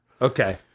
Okay